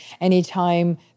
anytime